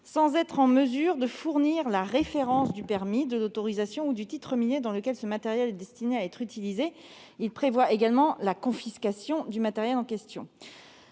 sans être en mesure de fournir la référence du permis, de l'autorisation ou du titre minier dans lequel ce matériel est destiné à être utilisé, mais aussi à confisquer le matériel en question.